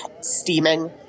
steaming